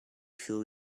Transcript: feel